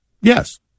Yes